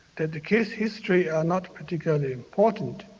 that the case histories are not particularly important.